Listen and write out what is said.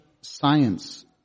science